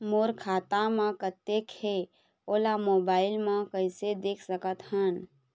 मोर खाता म कतेक हे ओला मोबाइल म कइसे देख सकत हन?